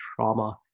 trauma